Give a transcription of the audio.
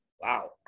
Wow